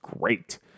great